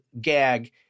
gag